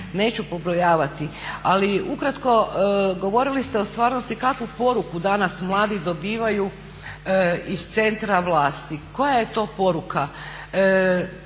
neću pobrojavati, ali ukratko govorili ste o stvarnosti, kakvu poruku danas mladi dobivaju iz centra vlati. Koja je to poruka?